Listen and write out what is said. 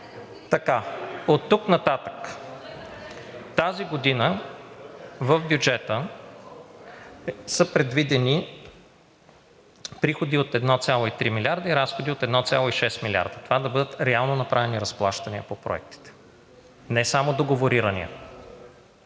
Оттук нататък тази година в бюджета са предвидени приходи от 1,3 милиарда и разходи от 1,6 милиарда – това да бъдат реално направени разплащания по проектите, не само договорирани,